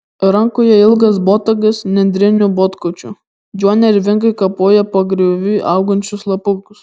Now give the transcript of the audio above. rankoje ilgas botagas nendriniu botkočiu juo nervingai kapoja pagriovy augančius lapukus